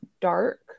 dark